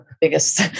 biggest